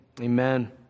Amen